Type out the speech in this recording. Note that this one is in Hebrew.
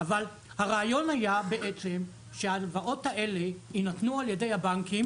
אבל הרעיון היה שההלוואות האלה יינתנו על ידי הבנקים